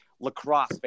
lacrosse